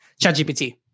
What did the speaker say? ChatGPT